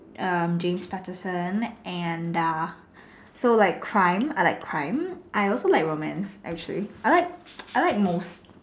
um James Patterson and uh so like crime I like crime I also like romance actually I like I like most